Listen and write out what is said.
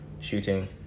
Shooting